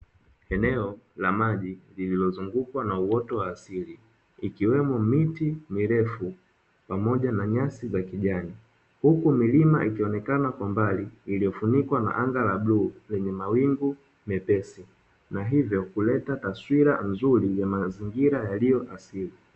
Eneo la maji lililozungukwa na uoto wa asili, ikiwemo miti mirefu pamoja na nyasi za kijani, huku milima ikionekana kwa mbali iliyofunikwa na anga la bluu lenye mawingu mepesi, na hivyo kuleta taswira nzuri ya mazingira yaliyo asili.